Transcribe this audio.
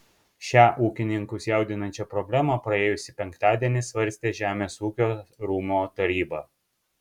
šią ūkininkus jaudinančią problemą praėjusį penktadienį svarstė žemės ūkio rūmų taryba